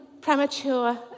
premature